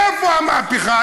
איפה המהפכה?